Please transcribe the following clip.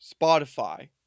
Spotify